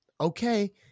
okay